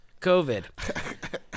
COVID